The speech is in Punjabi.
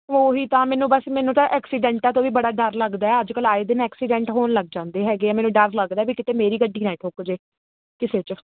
ਉਹੀ ਤਾਂ ਮੈਨੂੰ ਬਸ ਮੈਨੂੰ ਤਾਂ ਐਕਸੀਡੈਂਟਾਂ ਤੋਂ ਵੀ ਬੜਾ ਡਰ ਲੱਗਦਾ ਅੱਜ ਕੱਲ ਆਏ ਦਿਨ ਐਕਸੀਡੈਂਟ ਹੋਣ ਲੱਗ ਜਾਂਦੇ ਹੈਗੇ ਆ ਮੇਨੂੰ ਡਰ ਲੱਗਦਾ ਕਿਤੇ ਮੇਰੀ ਗੱਡੀ ਨਾ ਠੁੱਕ ਜੇ ਕਿਸੇ ਚ